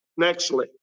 Nextly